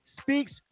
speaks